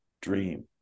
dream